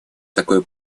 такое